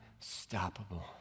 unstoppable